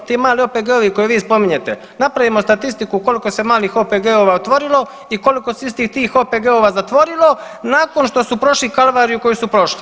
Ti mali OPG-ovi koje vi spominjete napravimo statistiku koliko se malih OPG-ova otvorilo i koliko se istih tih OPG-ova zatvorilo nakon što su prošli kalvariju koju su prošli.